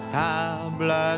table